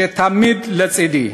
שתמיד לצדי.